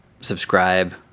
subscribe